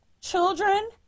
children